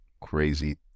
crazy